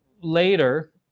Later